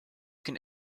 can